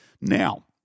now